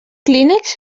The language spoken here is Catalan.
clínex